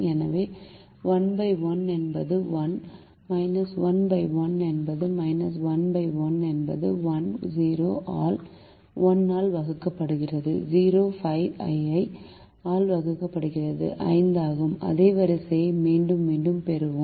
எனவே 11 என்பது 1 11 என்பது 11 என்பது 1 0 ஆல் 1 ஆல் வகுக்கப்படுவது 0 5 ஐ 1 ஆல் வகுப்பது 5 ஆகும் அதே வரிசையை மீண்டும் மீண்டும் பெறுகிறோம்